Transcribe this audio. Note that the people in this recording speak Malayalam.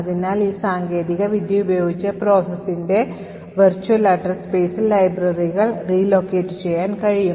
അതിനാൽ ഈ സാങ്കേതിക വിദ്യ ഉപയോഗിച്ച് processന്റെ വെർച്വൽ address spaceൽ ലൈബ്രറികൾ relocate ചെയ്യാൻ കഴിയും